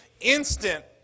instant